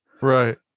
Right